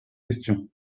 questions